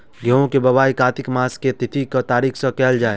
गेंहूँ केँ बोवाई कातिक मास केँ के तिथि वा तारीक सँ कैल जाए?